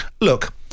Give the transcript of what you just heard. Look